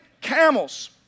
camels